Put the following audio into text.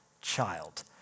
child